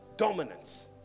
dominance